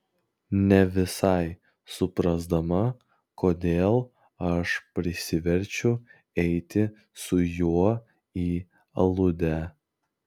ne visai suprasdama kodėl aš prisiverčiu eiti su juo į aludę